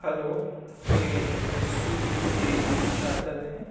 hello یہ Swiggy سے بات کر رہے